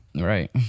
right